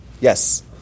Yes